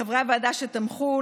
לחברי הוועדה שתמכו,